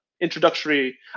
introductory